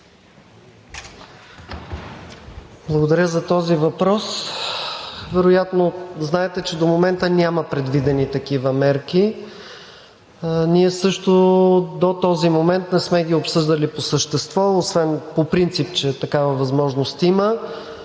Благодаря за този въпрос. Вероятно знаете, че до момента няма предвидени такива мерки. Ние също до този момент не сме ги обсъждали по същество, освен по принцип, че такава възможност има.